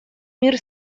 мир